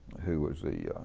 who was the